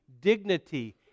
dignity